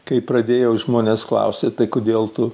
kai pradėjau žmonės klausė tai kodėl tu